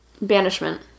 Banishment